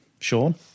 Sean